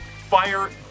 fire